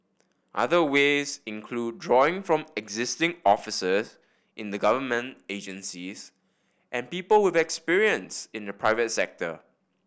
other ways include drawing from existing officers in the government agencies and people with experience in the private sector